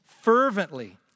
fervently